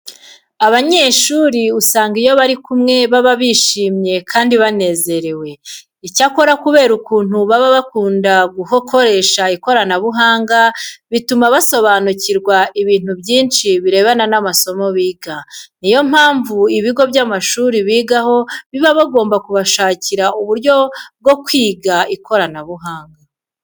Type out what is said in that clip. Abanyeshuri usanga iyo bari kumwe baba bishimye kandi banezerewe. Icyakora kubera ukuntu baba bakunda gukoresha ikoranabuhanga, bituma basobanukirwa ibintu byinshi birebana n'amasomo biga. Ni yo mpamvu ibigo by'amashuri bigaho biba bigomba kubashakira uburyo bwo kwiga ikoranabuhanga.